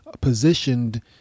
positioned